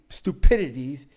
stupidities